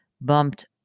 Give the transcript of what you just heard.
bumped